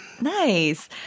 Nice